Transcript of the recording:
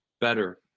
better